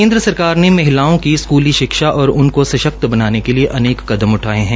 केन्द्र सरकार ने महिलाओं की स्कूली शिक्षा और उनकों सशक्त बनाने के लिए अनेक कदम उठाये है